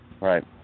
Right